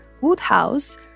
Woodhouse